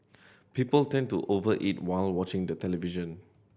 people tend to over eat while watching the television